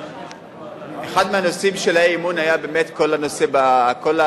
אחד הנושאים של האי-אמון היה כל העיסוק